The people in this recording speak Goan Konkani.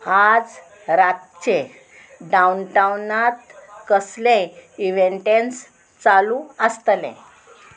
आज रातचे डावन टाउनांत कसले इवेंटेन्स चालू आसतले